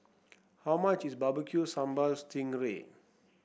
how much is Barbecue Sambal Sting Ray